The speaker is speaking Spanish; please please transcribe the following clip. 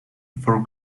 for